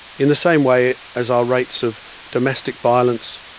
in the same way as our rates of domestic violence,